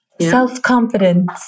self-confidence